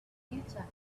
computer